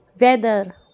Weather